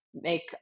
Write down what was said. make